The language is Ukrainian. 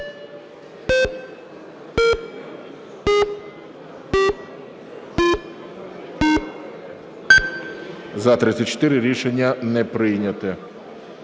За-35 Рішення не прийнято.